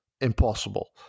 impossible